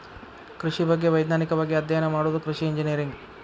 ಕೃಷಿ ಬಗ್ಗೆ ವೈಜ್ಞಾನಿಕವಾಗಿ ಅಧ್ಯಯನ ಮಾಡುದ ಕೃಷಿ ಇಂಜಿನಿಯರಿಂಗ್